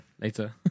later